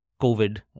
COVID